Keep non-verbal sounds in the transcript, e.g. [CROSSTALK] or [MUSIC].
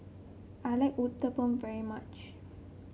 I like Uthapam very much [NOISE]